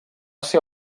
ser